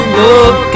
look